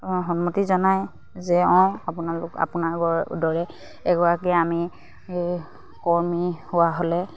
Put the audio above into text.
সন্মতি জনায় যে অঁ আপোনালোক আপোনালোকৰ দৰে এগৰাকীয়ে আমি কৰ্মী হোৱা হ'লে